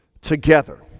together